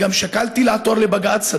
אני גם שקלתי לעתור לבג"ץ,